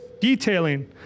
detailing